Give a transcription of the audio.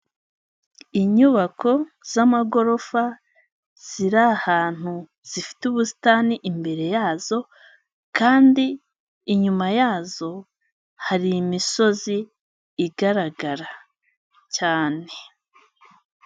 Inyubako z'amagorofa ziri ahantu zifite ubusitani imbere yazo kandi inyuma yazo hari imisozi igaragara cyane.